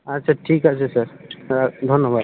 আচ্ছা ঠিক আছে স্যার হ্যাঁ ধন্যবাদ